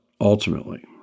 ultimately